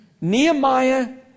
Nehemiah